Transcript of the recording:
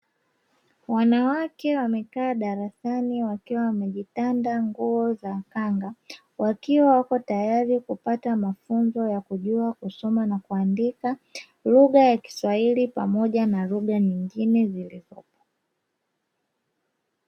Wanawake wamekaa darasani wakiwa wamejitanda nguo za kanga, wakiwa wako tayari kupata mafunzo ya kujua kusoma na kuandika lugha ya kiswahili pamoja na lugha nyingine zilizopo.